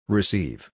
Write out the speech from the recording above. Receive